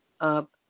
up